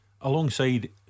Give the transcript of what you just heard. Alongside